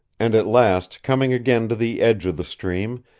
and at last, coming again to the edge of the stream,